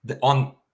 on